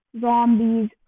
zombies